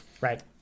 right